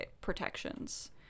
protections